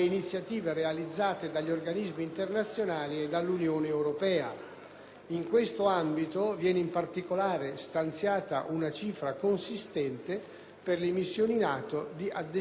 In questo ambito, viene in particolare stanziata una cifra consistente per le missioni NATO di addestramento delle forze armate e di polizia dell'Iraq.